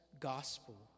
gospel